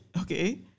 Okay